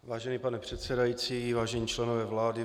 Vážený pane předsedající, vážení členové vlády.